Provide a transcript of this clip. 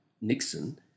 Nixon